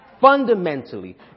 Fundamentally